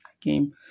game